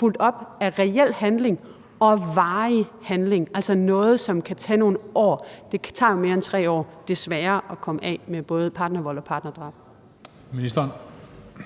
fulgt op af reel handling og varig handling, altså noget, som kan tage nogle år. Det tager mere end 3 år, desværre, at komme af med både partnervold og partnerdrab. Kl.